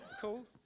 Cool